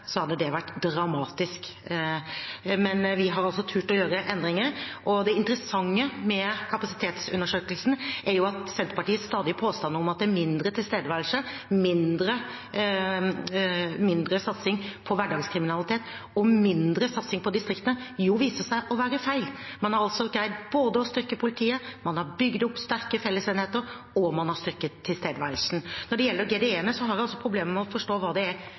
hadde det vært dramatisk. Men vi har altså turt å gjøre endringer. Det interessante med kapasitetsundersøkelsene er at Senterpartiets stadige påstand om at det er mindre tilstedeværelse, mindre satsing på hverdagskriminalitet og mindre satsing på distriktene, viser seg å være feil. Man har greid både å styrke politiet, man har bygd opp sterke fellesenheter, og man har styrket tilstedeværelsen. Når det gjelder GDE-ene, har jeg problemer med å forstå hva det er